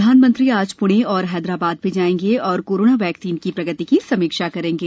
प्रधानमंत्री आज प्रणे और हैदराबाद भी जाएंगे और कोरोना वैक्सीन की प्रगति की समीक्षा करेंगे